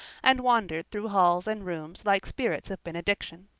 and wandered through halls and rooms like spirits of benediction.